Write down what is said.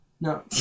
No